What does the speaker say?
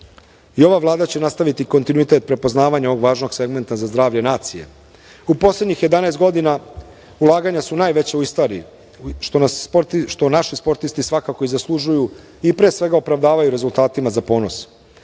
i ova Vlada će nastaviti kontinuitet prepoznavanja ovog važnog segmenta za zdravlje nacije. U poslednjih jedanaest godina ulaganja su najveća u istoriji, što naši sportisti svakako i zaslužuju i pre svega opravdavaju rezultatima za ponos.